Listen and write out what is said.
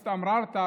הצטמררת,